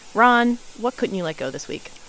ron, what couldn't you let go this week?